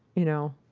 you know,